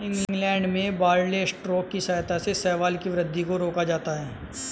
England में barley straw की सहायता से शैवाल की वृद्धि को रोका जाता है